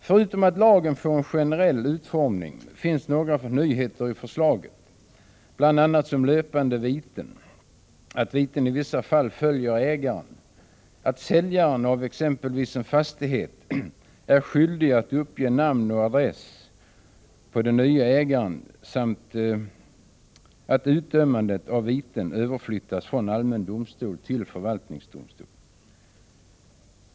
Förutom att lagen får en generell utformning finns några nyheter i förslaget, bl.a. som löpande viten, att viten i vissa fall följer ägaren, att säljaren av exempelvis en fastighet är skyldig att uppge namn och adress på den nya ägaren samt att utdömandet av viten överflyttas från allmän domstol till förvaltningsdomstol.